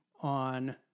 on